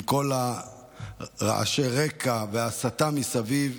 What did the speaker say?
עם כל רעשי הרקע וההסתה מסביב.